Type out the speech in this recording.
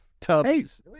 Tubs